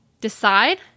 Decide